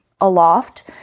aloft